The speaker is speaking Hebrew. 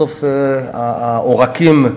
בסוף העורקים,